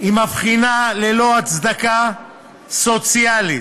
היא מבחינה ללא הצדקה סוציאלית